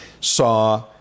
saw